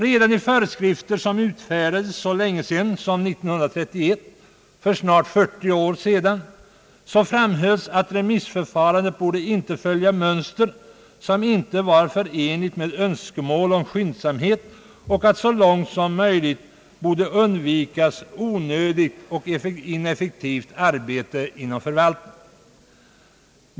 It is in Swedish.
Redan i föreskrifter som utfärdats så tidigt som 1931, alltså för snart 40 år sedan, framhölls att remissförfarandet inte borde följa ett mönster som inte var förenligt med önskemål om skyndsamhet och att så långt som möjligt borde undvikas onödigt och ineffektivt arbete inom förvaltningen.